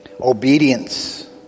obedience